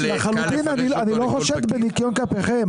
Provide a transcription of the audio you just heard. לחלוטין אני לא חושד בניקיון כפיכם,